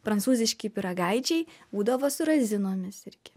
prancūziški pyragaičiai būdavo su razinomis irgi